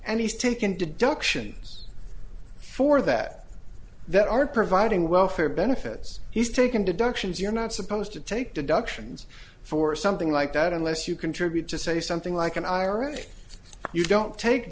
and he's taken deductions for that that are providing welfare benefits he's taken deductions you're not supposed to take deductions for something like that unless you contribute to say something like an ira if you don't take